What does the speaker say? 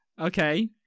Okay